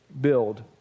build